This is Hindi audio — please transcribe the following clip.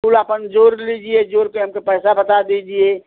थोड़ा कम ज़ोर लीजिये जोर के हमको पैसा बात दीजिये